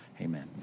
amen